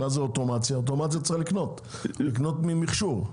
אוטומציה צריך לקנות ממכשור.